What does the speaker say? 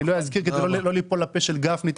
אני לא אזכיר כדי לא ליפול לפה של גפני,